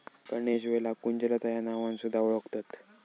गणेशवेलाक कुंजलता ह्या नावान सुध्दा वोळखतत